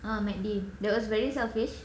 ah mac D that was very selfish